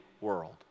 world